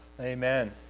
Amen